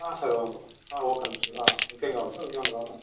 sir ఒక్క నిమిషం ఇంకేం కావాలి సార్ ఇంకేమన్నా కావాలా